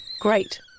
Great